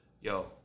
yo